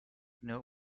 know